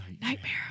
nightmare